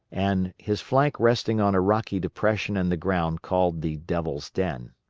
and his flank resting on a rocky depression in the ground called the devil's den.